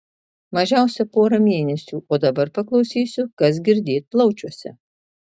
mažiausia porą mėnesių o dabar paklausysiu kas girdėt plaučiuose